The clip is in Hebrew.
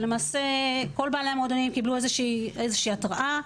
למעשה כל בעלי המועדונים קיבלו איזושהי התראה.